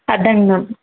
அதாங்க மேம்